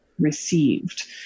received